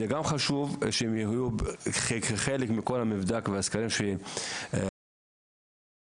וזה גם חשוב שהם יהיו חלק מכל המבדק והסקרים שהמדינה עושה,